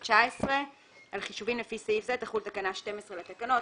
2019). על חישובים לפי סעיף זה תחול תקנה 12 לתקנות.